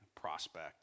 prospect